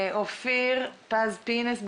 אופיר פז פינס,